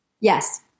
Yes